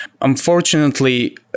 Unfortunately